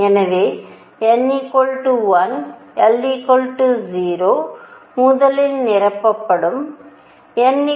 எனவே n 1 l 0 முதலில் நிரப்பப்படும் n 2 l 0